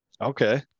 Okay